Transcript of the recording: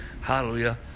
Hallelujah